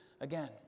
again